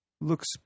looks